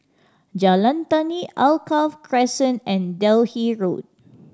Jalan Tani Alkaff Crescent and Delhi Road